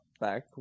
back